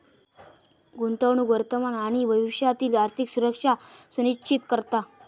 गुंतवणूक वर्तमान आणि भविष्यातील आर्थिक सुरक्षा सुनिश्चित करता